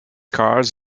cards